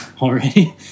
already